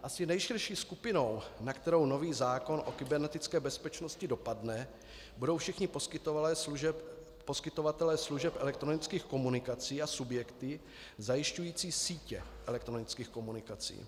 Asi nejširší skupinou, na kterou nový zákon o kybernetické bezpečnosti dopadne, budou všichni poskytovatelé služeb elektronických komunikací a subjektů zajišťujících sítě elektronických komunikací.